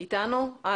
זה לא